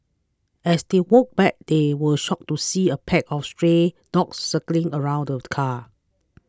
as they walked back they were shocked to see a pack of stray dogs circling around the car